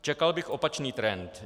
Čekal bych opačný trend.